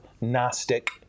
Gnostic